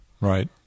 Right